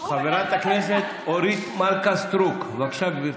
חברת הכנסת אורית מלכה סטרוק, בבקשה, גברתי,